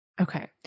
Okay